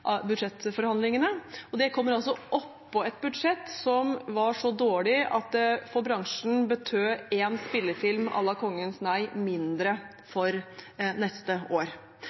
budsjettforhandlingene, og det kommer oppå et budsjett som var så dårlig at det for bransjen betød én spillefilm à la «Kongens nei» mindre for neste år.